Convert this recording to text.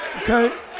okay